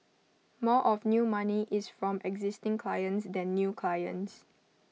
more of new money is from existing clients than new clients